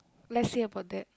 let's see about that